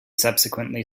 subsequently